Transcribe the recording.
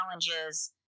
challenges